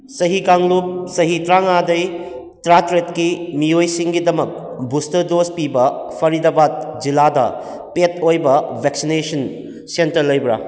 ꯆꯍꯤ ꯀꯥꯡꯂꯨꯞ ꯆꯍꯤ ꯇꯔꯥꯃꯉꯥꯗꯒꯤ ꯇꯔꯥꯇꯔꯦꯠꯀꯤ ꯃꯤꯑꯣꯏꯁꯤꯡꯒꯤꯗꯃꯛ ꯕꯨꯁꯇꯔ ꯗꯣꯁ ꯄꯤꯕ ꯐꯔꯤꯗꯕꯥꯗ ꯖꯤꯂꯥꯗ ꯄꯦꯗ ꯑꯣꯏꯕ ꯚꯦꯛꯁꯤꯅꯦꯁꯟ ꯁꯦꯟꯇꯔ ꯂꯩꯕ꯭ꯔꯥ